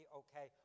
okay